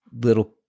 little